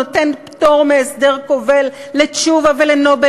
הוא נותן פטור מהסדר כובל לתשובה ול"נובל